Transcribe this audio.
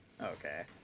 Okay